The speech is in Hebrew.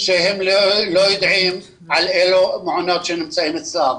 שהם לא יודעים על המעונות שנמצאים ברשות.